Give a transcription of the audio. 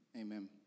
Amen